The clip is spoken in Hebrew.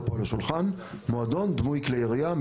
פה על השולחן - מועדון דמוי כלי ירייה,